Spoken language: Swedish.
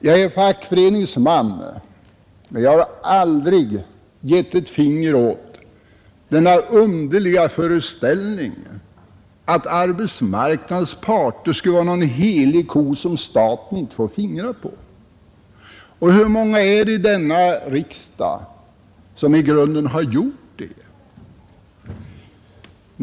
Jag är fackföreningsman, men jag har aldrig givit ett finger åt denna underliga föreställning att arbetsmarknadens parter skulle vara någon helig ko som staten inte får fingra på. Och hur många är det i denna kammare som egentligen har gjort det?